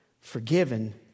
forgiven